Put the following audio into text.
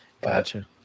Gotcha